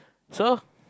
so